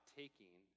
taking